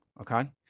Okay